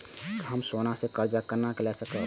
हम सोना से कर्जा केना लाय सकब?